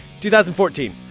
2014